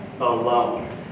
alone